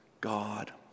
God